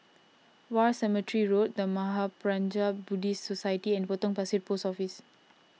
War Cemetery Road the Mahaprajna Buddhist Society and Potong Pasir Post Office